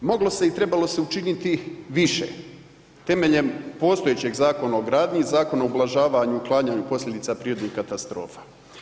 Moglo se i trebalo se učiniti više temeljem postojećeg Zakona o gradnji i Zakona o ublažavanju i uklanjanju posljedica prirodnih katastrofa.